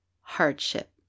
hardship